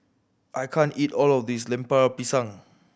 I can't eat all of this Lemper Pisang